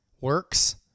works